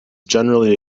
generally